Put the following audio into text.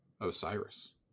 Osiris